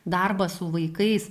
darbą su vaikais